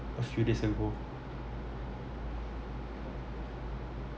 a few days ago